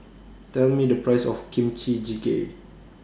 Tell Me The Price of Kimchi Jjigae